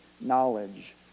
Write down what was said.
knowledge